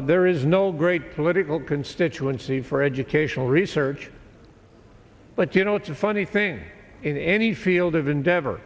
there is no great political constituency for educational research but you know it's a funny thing in any field of endeavor